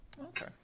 Okay